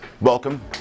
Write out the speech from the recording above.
Welcome